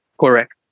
Correct